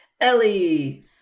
Ellie